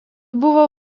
buvo